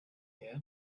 here